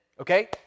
okay